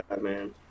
man